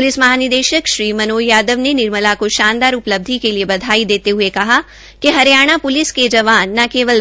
police महानिदेशक श्री मनोज यादव ने निर्मला को शानदार उपलब्धि के लिए बधाई देते हुए कहा कि हरियाणा प्लिस के जवान न केवल